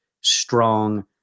strong